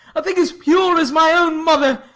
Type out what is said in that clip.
a thing as pure as my own mother.